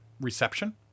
reception